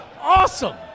awesome